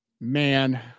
Man